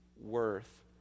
worth